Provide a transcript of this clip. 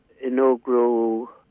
inaugural